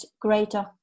greater